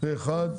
הצבעה אושר פה אחד.